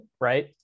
right